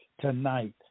tonight